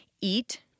eat